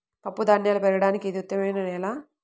పప్పుధాన్యాలు పెరగడానికి ఇది ఉత్తమమైన నేల